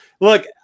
Look